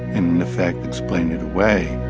in effect, explain it away